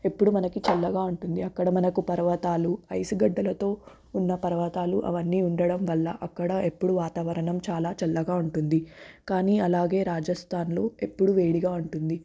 ఎప్పుడూ మనకి చల్లగా ఉంటుంది అక్కడ మనకు పర్వతాలు ఐసు గడ్డలతో ఉన్న పర్వతాలు అవన్నీ ఉండటం వల్ల అక్కడ ఎప్పుడూ వాతావరణం చాలా చల్లగా ఉంటుంది కాని అలాగే రాజస్థాన్లో ఎప్పుడూ వేడిగా ఉంటుంది